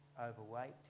overweight